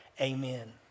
Amen